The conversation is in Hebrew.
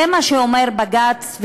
זה מה שאומר בג"ץ,